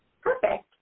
Perfect